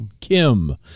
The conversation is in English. Kim